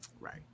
Right